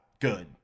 good